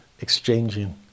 exchanging